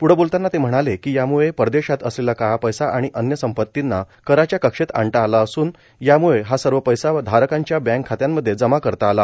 प्रढं बोलतांना ते म्हणाले की याम्ळं परदेशात असलेला काळा पैसा आणि अन्य संपत्तींना कराच्या कक्षेत आणता आलं असून याम्ळं हा सर्व पैसा धारकाच्या बँक खात्यांमध्ये जमा करता आला